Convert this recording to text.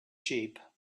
sheep